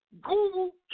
Google